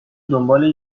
دنبال